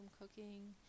cooking